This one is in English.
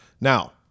Now